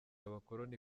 abakoloni